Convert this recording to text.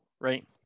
right